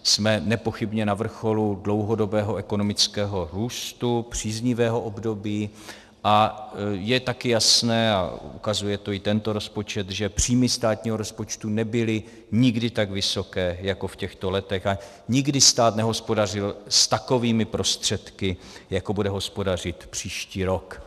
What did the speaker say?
Jsme nepochybně na vrcholu dlouhodobého ekonomického růstu, příznivého období a je také jasné, a ukazuje to i tento rozpočet, že příjmy státního rozpočtu nebyly nikdy tak vysoké jako v těchto letech a nikdy stát nehospodařil s takovými prostředky, jako bude hospodařit příští rok.